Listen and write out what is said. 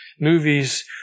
movies